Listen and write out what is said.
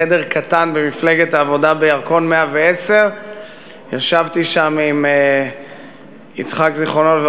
חדר קטן במפלגת העבודה בירקון 110. ישבתי שם עם יצחק ז"ל,